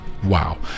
Wow